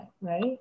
right